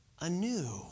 anew